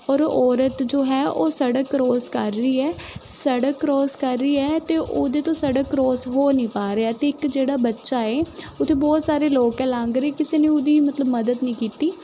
ਔਰ ਔਰਤ ਜੋ ਹੈ ਉਹ ਸੜਕ ਕਰੋਸ ਕਰ ਰਹੀ ਹੈ ਸੜਕ ਕਰੋਸ ਕਰ ਰਹੀ ਹੈ ਅਤੇ ਉਹਦੇ ਤੋਂ ਸੜਕ ਕਰੋਸ ਹੋ ਨਹੀਂ ਪਾ ਰਿਹਾ ਅਤੇ ਇੱਕ ਜਿਹੜਾ ਬੱਚਾ ਹੈ ਉੱਥੇ ਬਹੁਤ ਸਾਰੇ ਲੋਕ ਲੰਘ ਰਹੇ ਕਿਸੇ ਨੇ ਉਹਦੀ ਮਤਲਬ ਮਦਦ ਨਹੀਂ ਕੀਤੀ